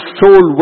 soul